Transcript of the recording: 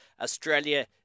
Australia